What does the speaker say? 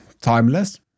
timeless